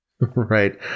Right